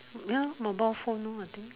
ya mobile phone no I think